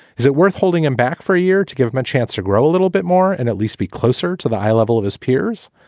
is it worth holding him back for a year to give him a chance to grow a little bit more and at least be closer to the high level of his peers?